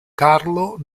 carlo